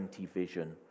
vision